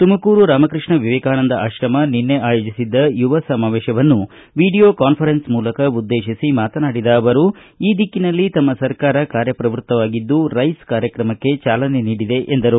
ತುಮಕೂರು ರಾಮಕೃಷ್ಣ ವಿವೇಕಾನಂದ ಆಶ್ರಮ ಭಾನುವಾರ ಆಯೋಜಿಸಿದ್ದ ಯುವ ಸಮಾವೇಶವನ್ನು ವಿಡಿಯೋ ಕಾನ್ಫರೆನ್ಸ್ ಮೂಲಕ ಉದ್ದೇಶಿಸಿ ಮಾತನಾಡಿದ ಅವರು ಈ ದಿಕ್ಕಿನಲ್ಲಿ ತಮ್ಮ ಸರ್ಕಾರ ಕಾರ್ಯ ಪ್ರವೃತ್ತವಾಗಿದ್ದು ರೈಸ್ ಕಾರ್ಯಕ್ರಮಕ್ಕೆ ಚಾಲನೆ ನೀಡಿದೆ ಎಂದರು